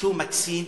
שהוא מקסים,